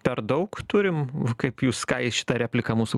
per daug turim kaip jūs ką į šitą repliką mūsų